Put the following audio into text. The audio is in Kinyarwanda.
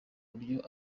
buryo